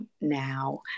now